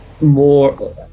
more